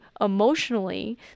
emotionally